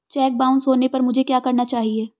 Check bounce होने पर मुझे क्या करना चाहिए?